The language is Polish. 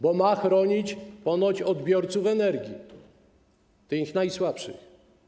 Bo ma chronić ponoć odbiorców energii, tych najsłabszych.